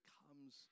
comes